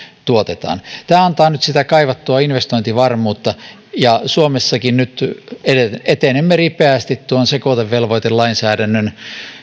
tuotetaan tämä antaa nyt sitä kaivattua investointivarmuutta ja suomessakin etenemme nyt ripeästi tuon sekoitevelvoitelainsäädännön